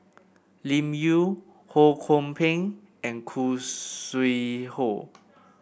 Lim Yau Ho Kwon Ping and Khoo Sui Hoe